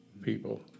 people